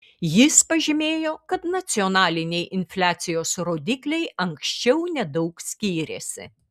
jis pažymėjo kad nacionaliniai infliacijos rodikliai anksčiau nedaug skyrėsi